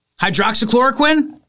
Hydroxychloroquine